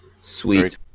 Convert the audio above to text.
Sweet